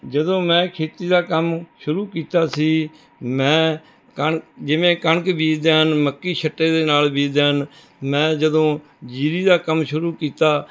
ਜਦੋਂ ਮੈਂ ਖੇਤੀ ਦਾ ਕੰਮ ਸ਼ੁਰੂ ਕੀਤਾ ਸੀ ਮੈਂ ਕਣਕ ਜਿਵੇਂ ਕਣਕ ਬੀਜਦੇ ਹਨ ਮੱਕੀ ਛਿੱਟੇ ਦੇ ਨਾਲ ਬੀਜਦੇ ਹਨ ਮੈਂ ਜਦੋਂ ਜੀਰੀ ਦਾ ਕੰਮ ਸ਼ੁਰੂ ਕੀਤਾ